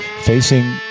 facing